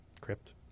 Crypt